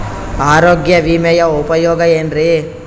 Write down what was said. ಆರೋಗ್ಯ ವಿಮೆಯ ಉಪಯೋಗ ಏನ್ರೀ?